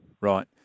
right